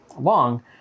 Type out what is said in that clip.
long